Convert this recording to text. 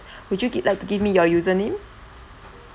would you gi~ like to give me your username